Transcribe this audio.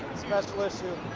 special issue.